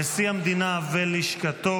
נשיא המדינה ולשכתו,